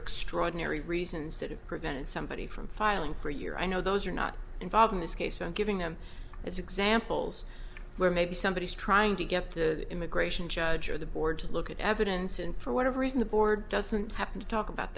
extraordinary reasons that have prevented somebody from filing for a year i know those are not involved in this case and giving them as examples where maybe somebody is trying to get the immigration judge or the board to look at evidence and through whatever reason the board doesn't happen to talk about